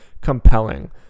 compelling